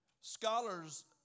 Scholars